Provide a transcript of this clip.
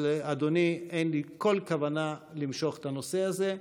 אבל, אדוני, אין לי כל כוונה למשוך את הנושא הזה.